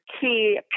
key